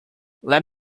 let